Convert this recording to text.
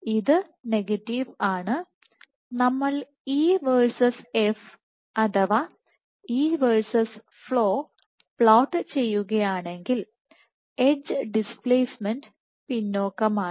ഇത് നെഗറ്റീവ് ആണ് നമ്മൾ E വേഴ്സസ് F അഥവാ E വേഴ്സസ് ഫ്ലോ പ്ലോട്ട് ചെയ്യുകയാണെങ്കിൽ എഡ്ജ് ഡിസ്പ്ലേസ്മെന്റ് പിന്നോക്കമാണ്